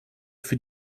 für